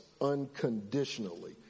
unconditionally